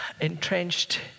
entrenched